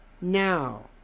now